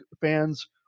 fans